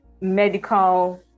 medical